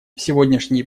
сегодняшние